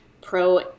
pro